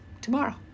Tomorrow